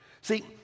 See